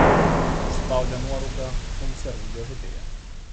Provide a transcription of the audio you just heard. užspaudė nuorūką konservų dėžutėje